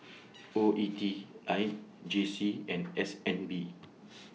O E T I J C and S N B